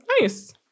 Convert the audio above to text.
Nice